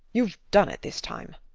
youve done it this time.